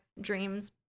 dreams